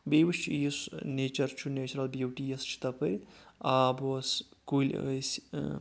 بیٚیہِ وٕچھ یُس نیچر چھ نیچرل بیوٗٹی یۄس چھِ تپٲرۍ آب اوس کُلۍ ٲسۍ